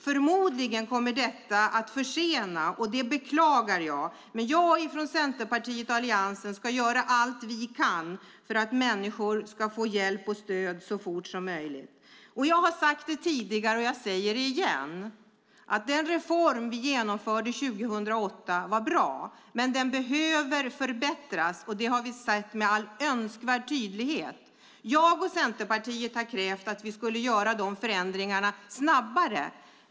Förmodligen kommer detta att försena, vilket jag beklagar. Men vi från Centerpartiet och Alliansen ska göra allt vi kan för att människor ska få hjälp och stöd så fort som möjligt. Jag har sagt det tidigare, och jag säger det igen: Den reform vi genomförde 2008 var bra, men den behöver förbättras, och det har vi sett med all önskvärd tydlighet. Jag och Centerpartiet har krävt att vi skulle göra dessa förändringar snabbare.